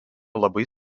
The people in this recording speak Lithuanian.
labai